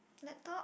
laptop